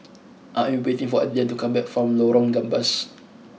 I am waiting for Adriane to come back from Lorong Gambas